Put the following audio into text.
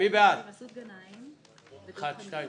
מי בעד הצעה 57